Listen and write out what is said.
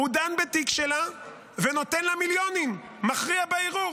הוא דן בתיק שלה ונותן לה מיליונים, מכריע בערעור.